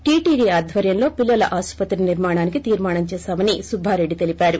TTD ఆధ్వర్యంలో పిల్లల ఆస్పత్రి నిర్మాణానికి తీర్మానం చేశామని సుబ్బారెడ్డి చెప్పారు